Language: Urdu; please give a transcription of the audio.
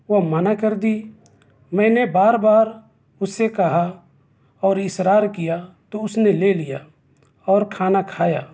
وہ منع کر دی میں نے بار بار اس سے کہا اور اصرار کیا تو اس نے لے لیا اور کھانا کھایا